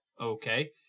Okay